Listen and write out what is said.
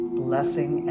blessing